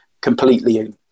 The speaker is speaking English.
completely